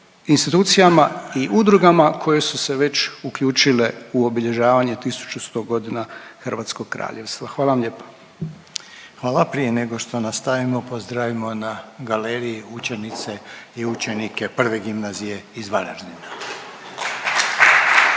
institucijama i udrugama koje su se već uključile u obilježavanje 1100 godina Hrvatskog kraljevstva. Hvala vam lijepa. **Reiner, Željko (HDZ)** Hvala. Prije nego što nastavimo pozdravimo na galeriji učenice i učenike 1. gimnazije iz Varaždina.